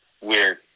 weird